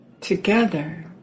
Together